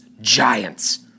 giants